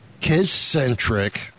kids-centric